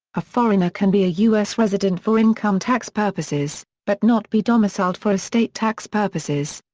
a foreigner can be a u s. resident for income tax purposes, but not be domiciled for estate tax purposes.